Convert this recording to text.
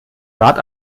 rad